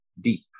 deep